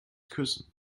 küssen